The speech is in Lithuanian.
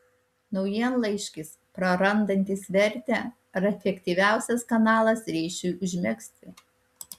naujienlaiškis prarandantis vertę ar efektyviausias kanalas ryšiui užmegzti